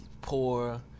Poor